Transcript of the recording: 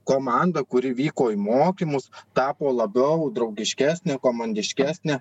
komanda kuri vyko į mokymus tapo labiau draugiškesnė komandiškesnė